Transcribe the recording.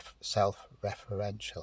self-referential